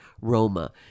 Roma